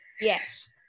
Yes